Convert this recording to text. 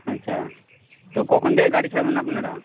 আচ্ছা তো কখন থেকে গাড়ি ছাড়বেন আপনারা